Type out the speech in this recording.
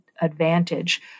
advantage